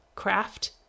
craft